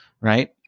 Right